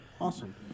Awesome